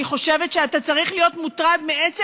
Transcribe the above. אני חושבת שאתה צריך להיות מוטרד מעצם